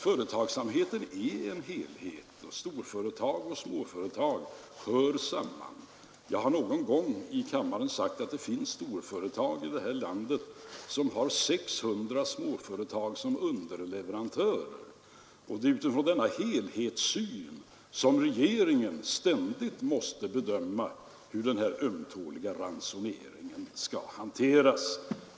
Företagsamheten är en helhet. Storföretag och småföretag hör samman. Jag har någon gång i kammaren sagt att det finns storföretag i det här landet som har 600 småföretag som underleverantörer. Det är utifrån denna helhetssyn som regeringen ständigt måste bedöma hur den här ömtåliga ransoneringen skall hanteras.